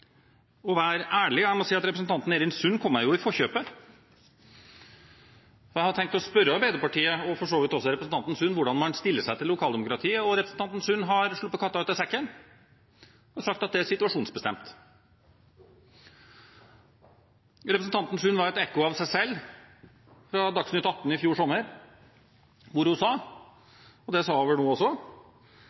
å være ærlig. Jeg må si at representanten Eirin Sund kom meg i forkjøpet. Jeg hadde tenkt å spørre Arbeiderpartiet – og for så vidt også representanten Sund – om hvordan man stiller seg til lokaldemokratiet. Representanten Sund har sluppet katta ut av sekken og sagt at det er situasjonsbestemt. Representanten Sund var et ekko av seg selv fra Dagsnytt Atten fjor sommer, hvor hun innrømmet, og det gjorde hun vel nå også,